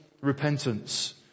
repentance